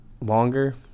longer